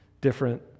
different